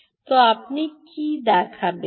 তো আপনি কি দেখাবেন